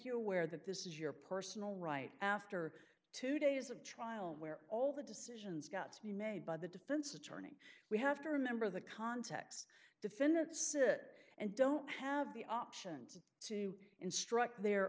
you aware that this is your personal right after two days of trial where all the decisions got to be made by the defense attorney we have to remember the context defendants sit and don't have the options to instruct their